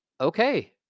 Okay